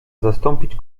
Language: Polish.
zastąpić